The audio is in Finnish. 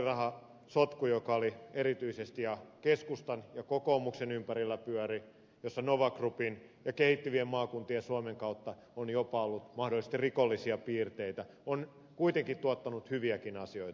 tämä vaalirahasotku joka erityisesti keskustan ja kokoomuksen ympärillä pyöri jossa nova groupin ja kehittyvien maakuntien suomen kautta on jopa ollut mahdollisesti rikollisia piirteitä on kuitenkin tuottanut hyviäkin asioita